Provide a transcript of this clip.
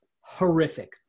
horrific